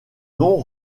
nom